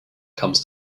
comes